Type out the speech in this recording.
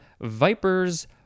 vipers